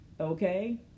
Okay